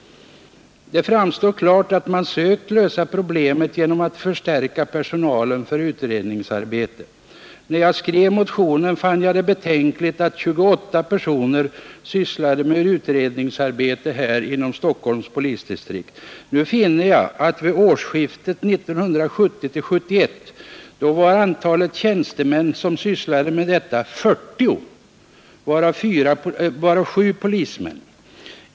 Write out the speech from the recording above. Det framstår klart att man sökt lösa problemet genom att förstärka personalen för utredningsarbete. När jag skrev motionen fann jag det betänkligt att 28 personer inom Stockholms polisdistrikt sysslade med utredningsarbete. Nu finner jag att antalet tjänstemän vid årsskiftet 1970—1971 som sysslade med detta arbete var 40, varav 7 polismän.